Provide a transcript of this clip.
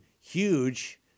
huge